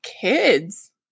kids